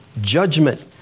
judgment